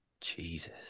Jesus